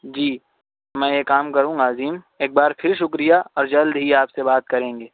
جی میں یہ کام کروں گا عظیم ایک بار پھر شکریہ اور جلد ہی آپ سے بات کریں گے